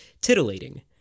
titillating